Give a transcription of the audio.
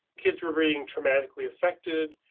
kids were reading traumatically affected.